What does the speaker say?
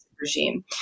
regime